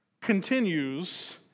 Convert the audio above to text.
continues